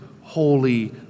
holy